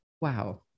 Wow